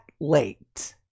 late